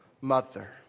mother